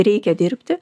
reikia dirbti